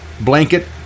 blanket